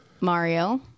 Mario